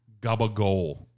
gabagol